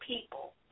people